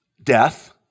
Death